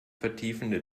vertiefende